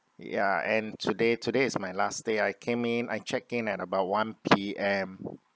ya and today today is my last day I came in I check in at about one P_M